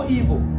evil